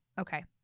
Okay